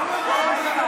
אין מצב.